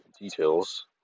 details